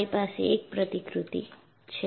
તમારી પાસે એક પ્રતિકૃતિ છે